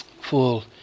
full